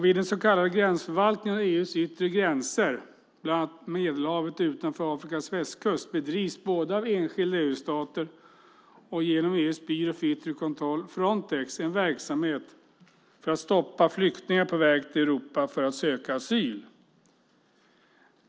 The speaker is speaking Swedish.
Vid den så kallade gränsförvaltningen av EU:s yttre gränser, bland annat Medelhavet utanför Afrikas västkust, bedrivs både av enskilda EU-stater och genom EU:s byrå för yttre kontroll Frontex en verksamhet för att stoppa flyktingar på väg till Europa för att söka asyl.